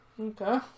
Okay